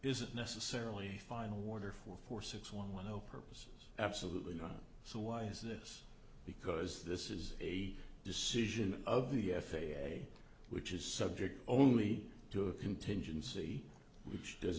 isn't necessarily final water for four six one one zero purposes absolutely not so why is this because this is a decision of the f a a which is subject only to a contingency which does